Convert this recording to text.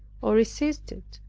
or resisted,